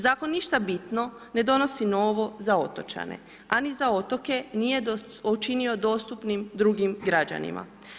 Zakon ništa bitno ne donosi novo za otočane a ni za otoke nije učinio dostupnim drugim građanima.